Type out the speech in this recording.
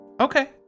Okay